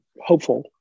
hopeful